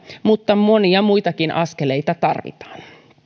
mutta monia muitakin askeleita tarvitaan